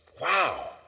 Wow